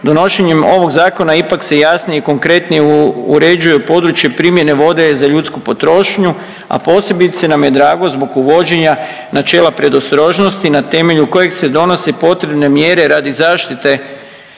donošenjem ovog zakona ipak se jasnije i konkretnije uređuje područje primjene vode za ljudsku potrošnju, a posebice nam je drago zbog uvođenja načela predostrožnosti na temelju kojeg se donose potrebne mjere radi zaštite